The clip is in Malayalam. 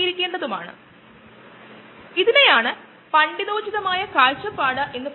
അടുത്ത ചിത്രം ഫോട്ടോ വിഭാഗം കുറച്ചുകൂടി മികച്ചതായി കാണിക്കുമെന്ന് ഞാൻ കരുതുന്നു